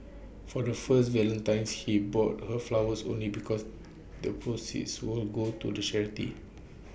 for the first Valentine's he bought her flowers only because the proceeds would go to charity